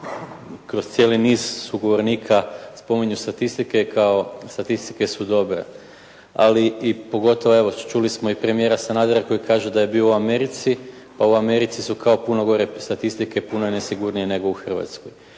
kroz cijeli niz sugovornika spominju statistike kao statistike su dobre, ali i pogotovo evo, čuli smo i premijera Sanadera koji kaže da je bio u Americi, a u Americi su kao puno gore statistike, puno je nesigurnije nego u Hrvatskoj.